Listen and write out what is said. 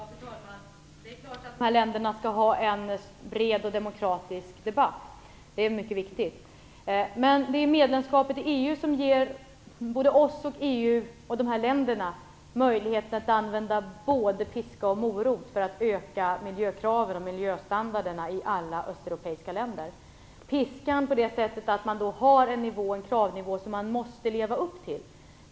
Fru talman! Det är klart att de här länderna skall ha en bred och demokratisk debatt. Det är mycket viktigt. Men det är medlemskapet i EU som ger såväl oss och EU som de här länderna möjlighet att använda både piska och morot för att öka miljökraven och miljöstandarderna i alla östeuropeiska länder. Piskan kan användas så till vida att det finns en kravnivå som man måste leva upp till.